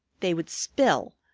they would spill.